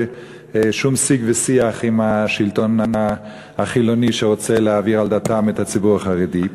שום שיג ושיח עם השלטון החילוני שרוצה להעביר על דתם את הציבור החרדי.